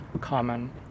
common